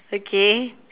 okay